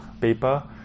paper